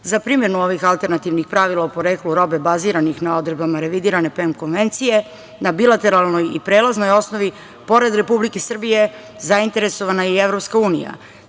primenu ovih alternativnih pravila o poreklu robe baziranih na odredbama revidirane PEM konvencije, na bilateralnoj i prelaznoj osnovi, pored Republike Srbije zainteresovana je i